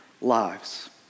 lives